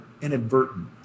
inadvertent